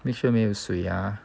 make sure 没有水 ah